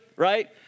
right